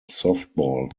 softball